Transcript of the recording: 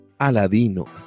Aladino